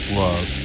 love